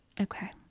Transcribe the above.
Okay